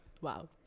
wow